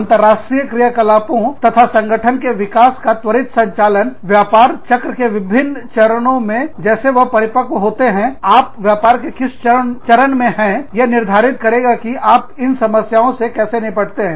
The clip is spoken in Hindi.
अंतरराष्ट्रीय क्रियाकलापों तथा संगठन के विकास का त्वरित संचालन व्यापार चक्र के विभिन्न चरणों मे जैसे वह परिपक्व होते हैं आप व्यापार चक्र के किस चरण में हैं यह निर्धारित करेगा कि आप इन समस्याओं से कैसे निपटते हैं